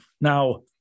Now